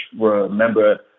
remember